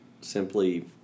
simply